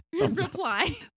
reply